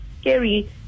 scary